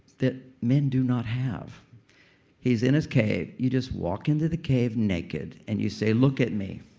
that men do not have he's in his cave. you just walk into the cave naked and you say, look at me.